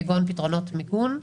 כגון פתרונות מיגון,